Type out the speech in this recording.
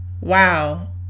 wow